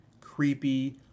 creepy